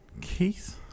Keith